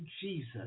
Jesus